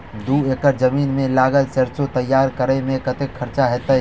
दू एकड़ जमीन मे लागल सैरसो तैयार करै मे कतेक खर्च हेतै?